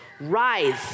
RISE